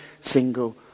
single